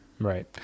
right